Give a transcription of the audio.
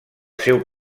seu